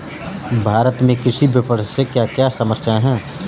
भारत में कृषि विपणन से क्या क्या समस्या हैं?